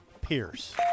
Pierce